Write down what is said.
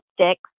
sticks